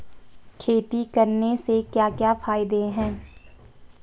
खेती करने से क्या क्या फायदे हैं?